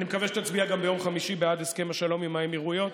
אני מקווה שתצביע גם ביום חמישי בעד הסכם השלום עם האמירויות.